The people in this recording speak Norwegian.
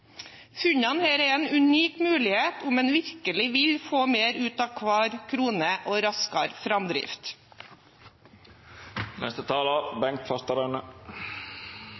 Funnene her gir en unik mulighet om en virkelig vil få mer ut av hver krone og en raskere framdrift.